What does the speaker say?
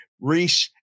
Reese